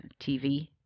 TV